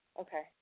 Okay